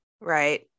right